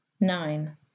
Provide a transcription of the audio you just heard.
Nine